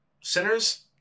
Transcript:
sinners